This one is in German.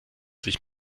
sich